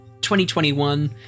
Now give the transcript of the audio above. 2021